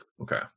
Okay